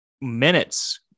minutes